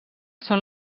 són